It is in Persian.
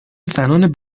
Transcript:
زنان